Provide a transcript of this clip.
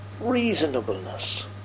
reasonableness